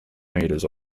metres